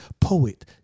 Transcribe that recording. Poet